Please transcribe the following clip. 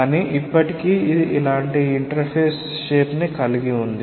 కానీ ఇప్పటికీ ఇది ఇలాంటి ఇంటర్ఫేస్ షేప్ ని కలిగి ఉంది